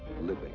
living